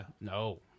No